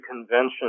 convention